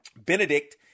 Benedict